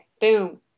Boom